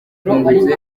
rwungutse